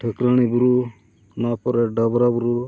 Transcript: ᱴᱷᱟᱹᱠᱨᱟᱹᱱᱤ ᱵᱩᱨᱩ ᱱᱚᱣᱟ ᱯᱚᱨᱮ ᱰᱚᱵᱨᱟ ᱵᱩᱨᱩ